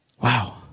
Wow